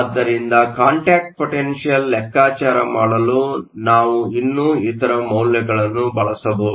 ಆದ್ದರಿಂದ contact potential ಲೆಕ್ಕಾಚಾರ ಮಾಡಲು ನಾವು ಇನ್ನೂ ಇತರ ಮೌಲ್ಯಗಳನ್ನು ಬಳಸಬಹುದು